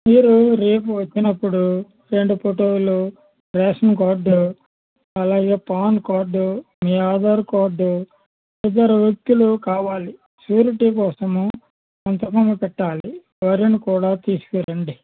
మీరు రేపు వచ్చినప్పుడు రెండు ఫోటోలు రేషన్ కార్డు అలాగే పాన్ కార్డు మీ ఆధార్ కార్డు ఇద్దరు వ్యక్తులు కావాలి షూరిటీ కోసం సంతకం పెట్టాలి ఎవరినైనా కూడా తీసుకురండి